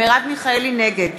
נגד